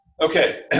Okay